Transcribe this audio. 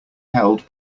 held